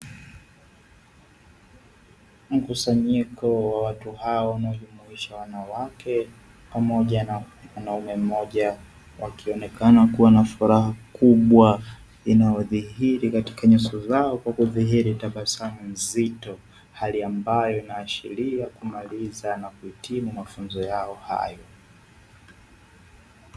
Mkusanyiko wa watu hao, wanaojumuisha wanawake pamoja na mwanaume mmoja. Wakionekana kuwa na furaha kubwa inayodhihiri katika nyuso zao kwa kudhihiri tabasamu nzito. Hali ambayo inaashiria kumaliza na kuhitimu mafunzo yao hayo.